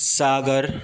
सागर